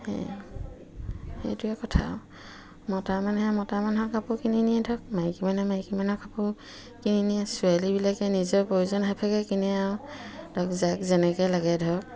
সেইটোৱে কথা আৰু মতা মানুহে মতা মানুহৰ কাপোৰ কিনি নিয়ে ধৰক মাইকী মানুহে মাইকী মানুহৰ কাপোৰ কিনি নিয়ে ছোৱালীবিলাকে নিজৰ প্ৰয়োজন সেইভাগে কিনে আৰু ধৰক যায় যেনেকে লাগে ধৰক